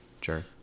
Sure